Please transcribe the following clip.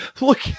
Look